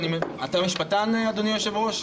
אתה משפטן, אדוני היושב-ראש?